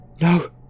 No